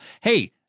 Hey